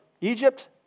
Egypt